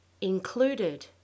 included